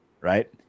Right